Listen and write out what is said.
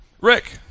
Rick